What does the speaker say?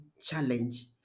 challenge